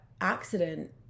accident